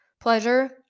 pleasure